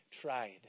tried